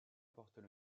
portent